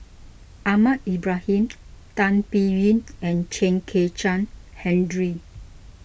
Ahmad Ibrahim Tan Biyun and Chen Kezhan Henri